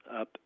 up